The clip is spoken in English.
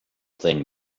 thing